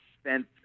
spent